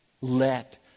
let